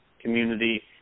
community